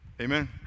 Amen